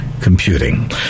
computing